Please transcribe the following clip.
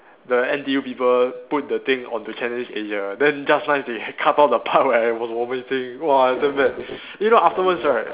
the N_T_U people put the thing onto Channel News Asia then just nice they had cut off the part where I was vomiting !wah! damn bad you know afterwards right